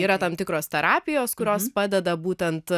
yra tam tikros terapijos kurios padeda būtent